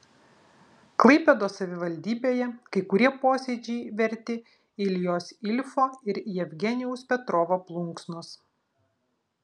klaipėdos savivaldybėje kai kurie posėdžiai verti iljos ilfo ir jevgenijaus petrovo plunksnos